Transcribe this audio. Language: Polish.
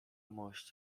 mość